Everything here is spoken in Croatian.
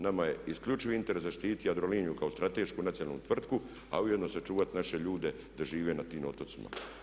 Nama je isključivo u interesu zaštiti Jadroliniju kao stratešku nacionalnu tvrtku a ujedno sačuvati naše ljude da žive na tim otocima.